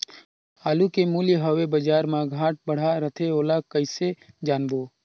आलू के मूल्य हवे बजार मा घाट बढ़ा रथे ओला कइसे जानबो?